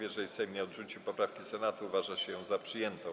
Jeżeli Sejm nie odrzuci poprawki Senatu, uważa się ją za przyjętą.